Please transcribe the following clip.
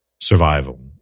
Survival